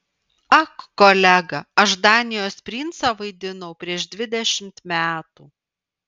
ak kolega aš danijos princą vaidinau prieš dvidešimt metų